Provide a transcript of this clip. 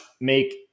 make